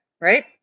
right